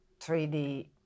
3D